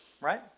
Right